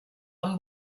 amb